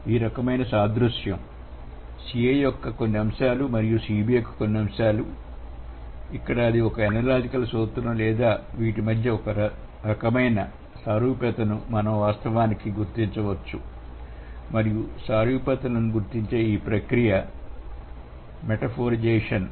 ఈ రకమైన సాదృశ్యం Ca యొక్క కొన్ని అంశాలు మరియు Cb యొక్క కొన్ని అంశాలు అక్కడ ఇది ఒక అనలాజికల్ సూత్రం లేదా వీటి మధ్య ఒక రకమైన సారూప్యతను మనం వాస్తవానికి కనుగొనవచ్చు మరియు సారూప్యతలను గుర్తించే ఈ ప్రక్రియ మెటఫోరిజేషన్